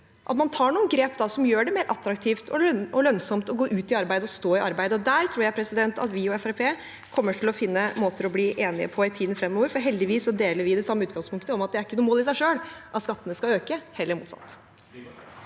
at man tar noen grep som gjør det mer attraktivt og lønnsomt å gå ut i arbeid og stå i arbeid. Der tror jeg vi og Fremskrittspartiet kommer til å finne måter å bli enige på i tiden fremover, for heldigvis deler vi det samme utgangspunktet om at det ikke er noe mål i seg selv at skattene skal øke, heller motsatt.